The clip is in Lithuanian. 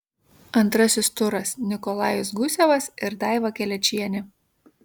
antrasis turas nikolajus gusevas ir daiva kelečienė